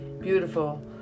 Beautiful